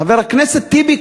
חבר הכנסת טיבי,